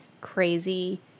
crazy